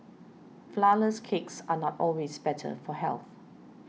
Flourless Cakes are not always better for health